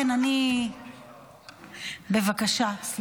בבקשה.